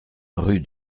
rue